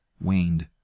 waned